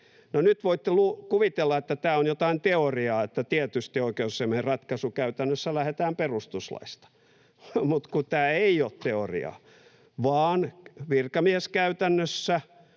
nyt voitte kuvitella, että tämä on jotain teoriaa, ja tietysti oikeusasiamiehen ratkaisussa käytännössä lähdetään perustuslaista, mutta tämä ei ole teoriaa, vaan virkamieskäytännössä,